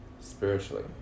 spiritually